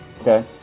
Okay